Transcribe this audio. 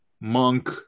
monk